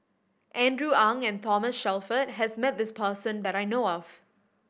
Andrew Ang and Thomas Shelford has met this person that I know of